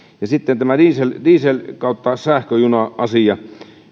sitten tämä diesel diesel sähköjuna asia minusta